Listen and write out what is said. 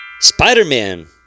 Spider-Man